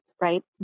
right